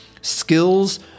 skills